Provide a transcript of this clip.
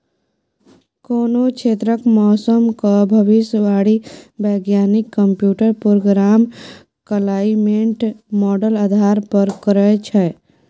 कोनो क्षेत्रक मौसमक भविष्यवाणी बैज्ञानिक कंप्यूटर प्रोग्राम क्लाइमेट माँडल आधार पर करय छै